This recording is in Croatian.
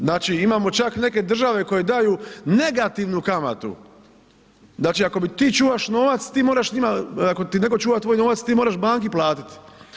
Znači imamo čak neke države koje daju negativnu kamatu, znači ako mi ti čuvaš novac ti moraš ako ti neko čuva tvoj novac ti moraš banki platiti.